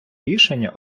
рішення